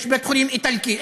יש בית חולים איטלקי,